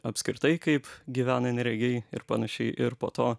apskritai kaip gyvena neregiai ir panašiai ir po to